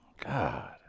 God